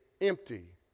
empty